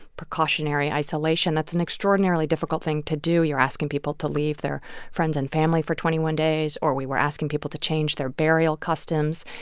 precautionary isolation, that's an extraordinarily difficult thing to do. you're asking people to leave their friends and family for twenty one days, or we were asking people to change their burial customs.